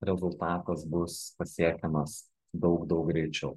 rezultatas bus pasiekiamas daug daug greičiau